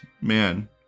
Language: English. Man